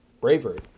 bravery